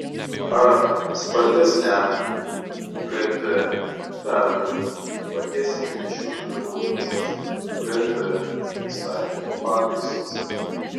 ar spartesniam kt darbui padės seime šiuo metu gulinčios kt įstatymo pataisos